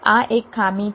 આ એક ખામી છે